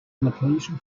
location